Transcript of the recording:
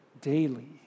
daily